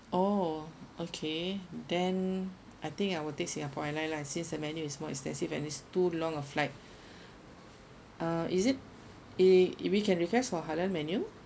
oh okay then I think I will take singapore airline lah since the menu is more expensive and it's too long of flight uh is it if we can request for halal menu